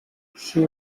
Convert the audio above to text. she